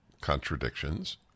contradictions